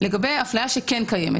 לגבי אפליה שכן קיימת,